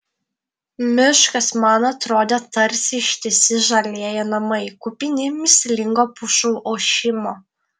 miškas man atrodė tarsi ištisi žalieji namai kupini mįslingo pušų ošimo